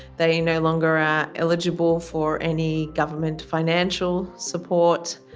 they no longer are eligible for any government financial support,